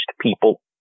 people